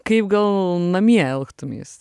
kaip gal namie elgtumeis